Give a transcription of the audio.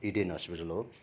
Eden hospital हो